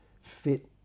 fit